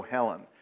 Helen